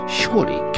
surely